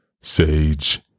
Sage